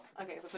Okay